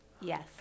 Yes